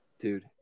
Dude